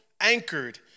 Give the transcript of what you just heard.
anchored